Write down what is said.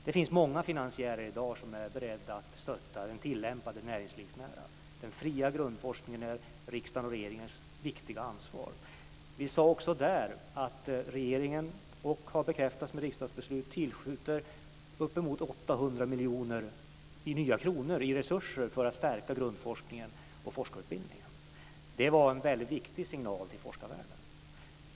Det finns många finansiärer i dag som är beredda att stötta den tillämpade, näringslivsnära forskningen. Den fria grundforskningen är riksdagens och regeringens viktiga ansvar. Vi sade också där att regeringen, vilket har bekräftats med riksdagsbeslut, tillskjuter uppemot 800 miljoner nya kronor i resurser för att stärka grundforskningen och forskarutbildningen. Det var en väldigt viktig signal till forskarvärlden.